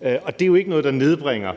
Og det er jo ikke noget, der nedbringer